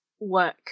work